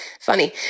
Funny